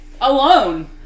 alone